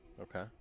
Okay